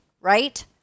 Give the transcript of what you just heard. right